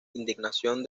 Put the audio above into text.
indignación